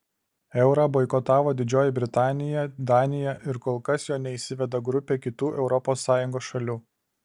eurą boikotavo didžioji britanija danija ir kol kas jo neįsiveda grupė kitų europos sąjungos šalių